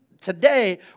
Today